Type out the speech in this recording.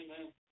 Amen